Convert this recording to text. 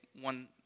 one